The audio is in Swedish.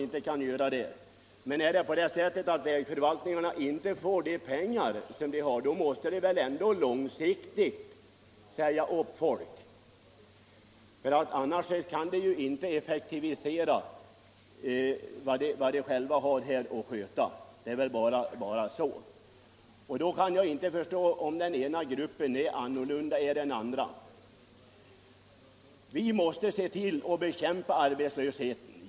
Nej, det är klart, men får vägförvaltningarna inte de pengar de skall ha då måste de väl ändå på lång sikt säga upp folk, annars kan förvaltningarna inte effektuera det arbete man skall sköta. Vi måste bekämpa arbetslösheten, säger herr Persson.